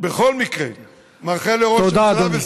בכל מקרה מאחל לראש הממשלה, תודה, אדוני.